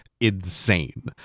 insane